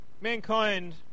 mankind